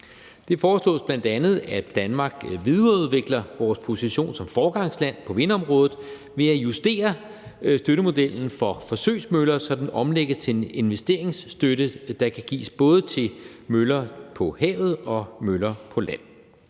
Det foreslås bl.a., at Danmark videreudvikler sin position som foregangsland på vindmølleområdet ved at justere støttemodellen for forsøgsmøller, så den omlægges til en investeringsstøtte, der kan gives både til møller på havet og møller på land.